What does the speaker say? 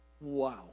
Wow